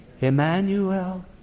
Emmanuel